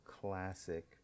classic